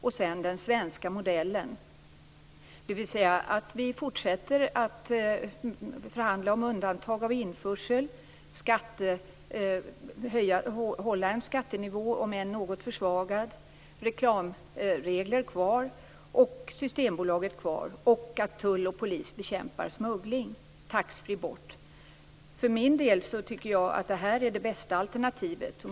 Och sedan den svenska modellen, dvs. att vi fortsätter att förhandla om undantag för införsel, att hålla skattenivån, om än något försvagad, att ha reklamregler kvar och Systembolaget kvar samt att tull och polis bekämpar smuggling. Taxfree bort. För min del tycker jag att det är det bästa alternativet.